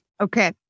Okay